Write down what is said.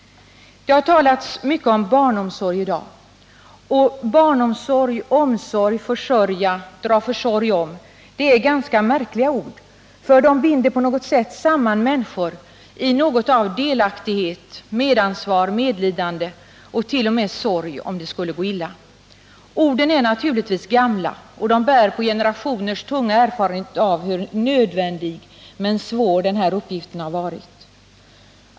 Det har talats mycket om barnomsorg i dag. Barnomsorg, omsorg, försörja och dra försorg om är ganska märkliga ord, för de binder på något sätt samman människor i något av delaktighet, medansvar, medlidande och t.o.m. sorg, om det skulle gå illa. Orden är rimligtvis gamla och bär på generationers tunga erfarenhet av hur nödvändig men svår den uppgiften har varit.